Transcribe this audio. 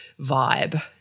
vibe